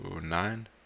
nine